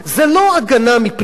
זה לא הגנה מפני,